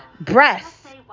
breasts